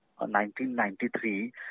1993